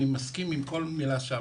אבל אני מסכים עם כל מילה שאמרת.